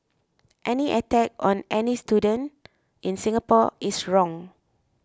any attack on any student in Singapore is wrong